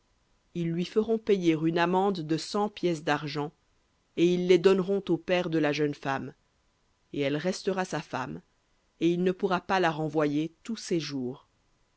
ils lui feront payer une amende de cent pièces d'argent et ils les donneront au père de la jeune femme et elle restera sa femme et il ne pourra pas la renvoyer tous ses jours